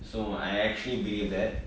so I actually believe that